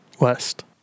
west